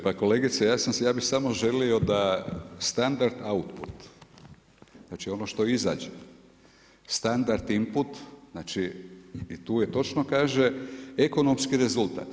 Pa kolegice ja bi samo želio da standard output znači ono što izađe, standard imput i tu je točno kaže ekonomski rezultat.